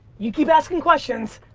you keep asking questions,